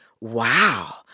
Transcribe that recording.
wow